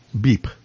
Beep